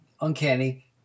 Uncanny